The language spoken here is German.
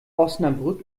osnabrück